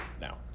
now